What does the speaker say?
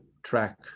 track